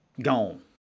Gone